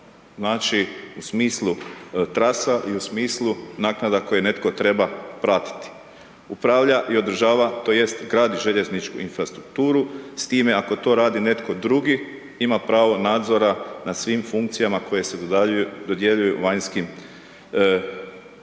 znači u smislu trasa i u smislu naknada koje netko treba pratiti. Upravlja i održava, tj. gradi željezničku infrastrukturu, s time ako to radi netko drugi, ima pravo nadzora nad svim funkcijama koje se dodjeljuju vanjskim operatorima.